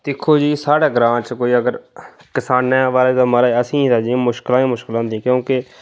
दिक्खो जी साढ़े ग्रांऽ च कोई अगर किसाने दे बारे च महाराज असेंगी अजें मुश्कलां गै मुश्कलां गै होंदियां न क्योंकि